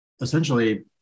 essentially